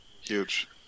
Huge